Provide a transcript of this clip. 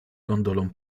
gondolą